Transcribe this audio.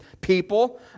people